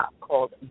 called